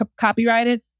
Copyrighted